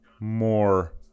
more